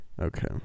okay